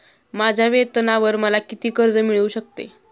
माझ्या वेतनावर मला किती कर्ज मिळू शकते?